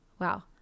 Wow